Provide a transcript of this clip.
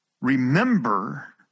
remember